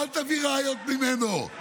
אל תביא ראיות ממנו.